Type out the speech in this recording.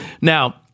now